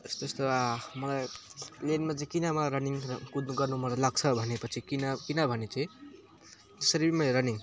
यस्तो यस्तो मलाई प्लेनमा चाहिँ किन रनिङ कुद्नु गर्नु मजा लाग्छ भनेपछि किन किन भने चाहिँ जसरी मेरो रनिङ